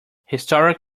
historic